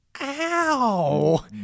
Ow